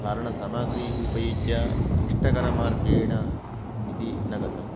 चारणसामग्रीः उपयुज्य क्लिष्टकरमार्गेण इति न गतम्